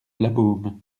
labeaume